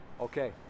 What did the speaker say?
okay